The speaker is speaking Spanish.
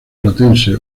platense